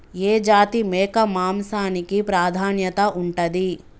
ఏ జాతి మేక మాంసానికి ప్రాధాన్యత ఉంటది?